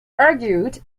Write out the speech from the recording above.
argued